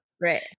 Right